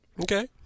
okay